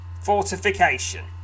Fortification